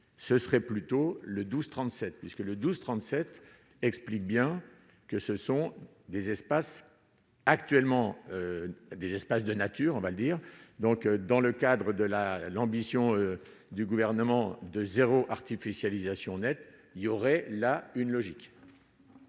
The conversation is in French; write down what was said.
ce serait plutôt le 12 37 puisque le 12 37 explique bien que ce sont des espaces actuellement des espaces de nature, on va le dire, donc, dans le cadre de la l'ambition du gouvernement de zéro artificialisation nette il y aurait là une logique.